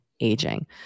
aging